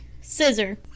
scissor